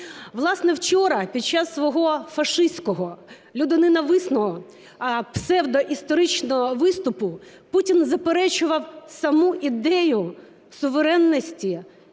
Власне, вчора під час свого фашистського, людоненависного, псевдоісторичного виступу Путін заперечував саму ідею суверенності